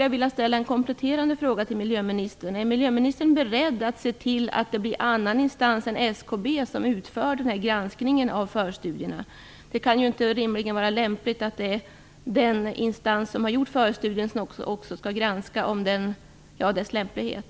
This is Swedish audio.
Jag vill ställa en kompletterande fråga till miljöministern: Är miljöministern beredd att se till att det blir en annan instans än SKB som utför granskningen av förstudierna? Det kan ju rimligen inte vara lämpligt att det är den instans som har gjort förstudien som också skall granska dess lämplighet.